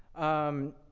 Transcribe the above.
um,